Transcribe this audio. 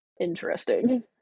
interesting